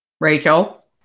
Rachel